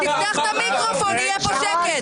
תפתח את המיקרופון, יהיה פה שקט.